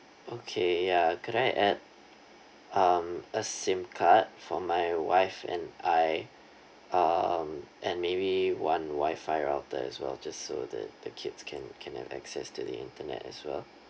okay ya could I add um a SIM card for my wife and I um and maybe one wi-fi router as well just so that the kids can can have access to the internet as well